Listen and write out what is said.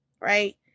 Right